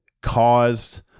caused